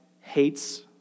hates